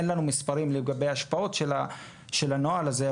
אין לנו מספרים לגבי השפעות של הנוהל הזה,